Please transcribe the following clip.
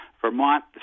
Vermont